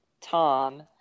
Tom